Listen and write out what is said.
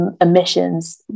emissions